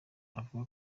avuga